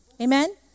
Amen